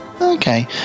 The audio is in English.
Okay